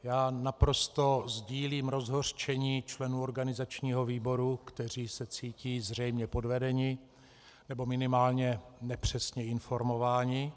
Já naprosto sdílím rozhořčení členů organizačního výboru, kteří se cítí zřejmě podvedeni, nebo minimálně nepřesně informováni.